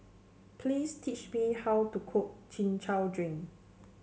please teach me how to cook Chin Chow Drink